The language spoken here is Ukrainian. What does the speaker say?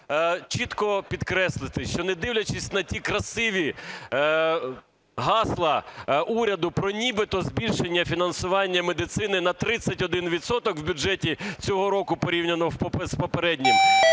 чітко підкреслити, що, не дивлячись на ті красиві гасла уряду про нібито збільшення фінансування на 31 відсоток, в бюджеті цього року, порівняно з попереднім,